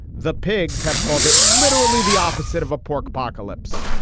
the pigs have called it literally the opposite of a pork pocalypse.